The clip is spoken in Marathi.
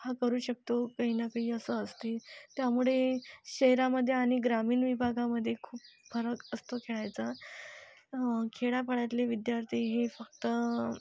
हा करू शकतो काही ना काही असं असते त्यामुळे शहरामध्ये आणि ग्रामीण विभागामध्ये खूप फरक असतो खेळायचा खेड्यापाड्यातले विद्यार्थी हे फक्त